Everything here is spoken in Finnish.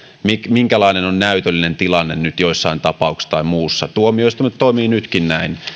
minkälainen on näytöllinen tilanne nyt joissain tapauksissa tai muussa tuomioistuimet toimivat nytkin näin